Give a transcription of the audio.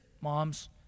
moms